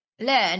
learn